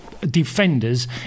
defenders